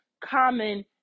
common